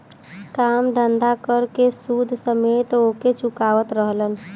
काम धंधा कर के सूद समेत ओके चुकावत रहलन